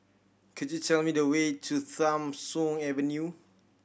could you tell me the way to Tham Soong Avenue